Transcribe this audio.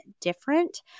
different